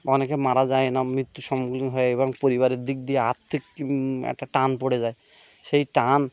অনেকে মারা যায় না মৃত্যুর সম্মুখীন হয় এবং পরিবারের দিক দিয়ে আর্থিক একটা টান পড়ে যায় সেই টান